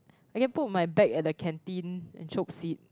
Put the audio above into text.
I can put my bag at the canteen and chope seat